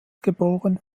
geb